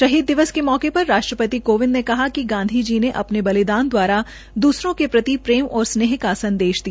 शहीद दिवस के मौके पर राष्ट्रपति कोविदं ने कहा कि गांधी ने अपने बलिदाल द्वारा दूसरों के प्रति प्रेम और स्नेह दिया